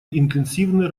интенсивные